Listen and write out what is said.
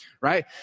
right